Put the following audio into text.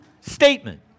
statement